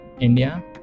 india